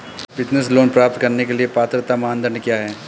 Business loan प्राप्त करने के लिए पात्रता मानदंड क्या हैं?